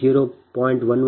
1560 j0